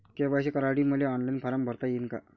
KYC करासाठी मले online form भरता येईन का?